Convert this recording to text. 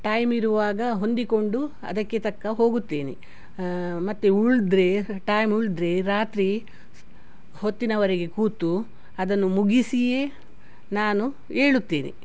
time ಇರುವಾಗ ಹೊಂದಿಕೊಂಡು ಅದಕ್ಕೆ ತಕ್ಕ ಹೋಗುತ್ತೇನೆ ಮತ್ತೆ ಉಳಿದ್ರೆ ಟೈಮ್ ಉಳಿದ್ರೆ ರಾತ್ರಿ ಹೊತ್ತಿನವರೆಗೆ ಕೂತು ಅದನ್ನು ಮುಗಿಸಿಯೇ ನಾನು ಏಳುತ್ತೇನೆ